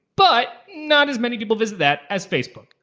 but not as many people visit that as facebook,